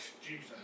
Jesus